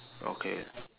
okay